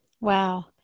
Wow